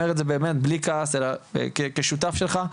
ואני אומר את זה באמת בלי כעס אלא כשותף שלך,